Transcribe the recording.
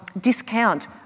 discount